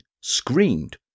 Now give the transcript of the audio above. screamed